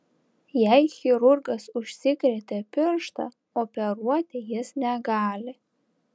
jei chirurgas užsikrėtė pirštą operuoti jis negali